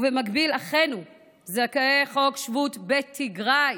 ובמקביל, אחינו זכאי חוק השבות בתיגראי,